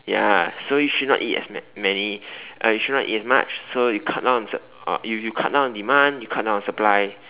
ya so you should not eat as ma~ many uh you should not eat as much so you cut down on sup~ uh you you cut down on demand you cut down on supply